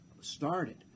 started